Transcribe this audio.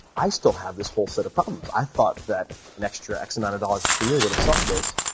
i still have this whole set of problems. i thought that an extra x amount of dollars per year would have solved this.